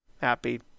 happy